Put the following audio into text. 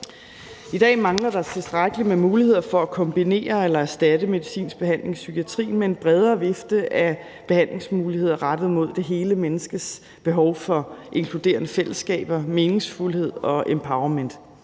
I dag mangler der tilstrækkelig med muligheder for at kombinere eller erstatte medicinsk behandling i psykiatrien med en bredere vifte af behandlingsmuligheder rettet mod det hele menneskes behov for inkluderende fællesskaber, meningsfuldhed og empowermen